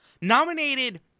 Nominated